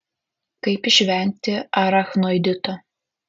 kaip išvengti arachnoidito